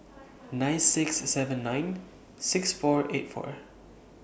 nine six seven nine six four eight four